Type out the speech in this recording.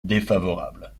défavorable